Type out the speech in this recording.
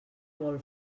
vol